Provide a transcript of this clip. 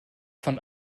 von